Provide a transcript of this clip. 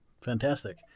Fantastic